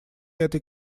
этой